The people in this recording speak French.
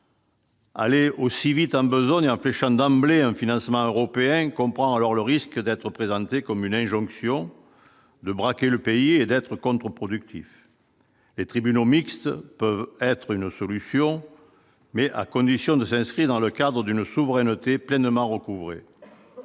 Aller aussi vite en besogne, empêchant d'emblée un financement européen comprend alors le risque d'être présentée comme une injonction de braquer le pays et d'être contre-productif, les tribunaux mixtes, peut être une solution, mais à condition de s'inscrit dans le cadre d'une souveraineté pleinement recouvré